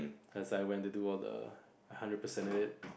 as I went to do all the hundred per cent of it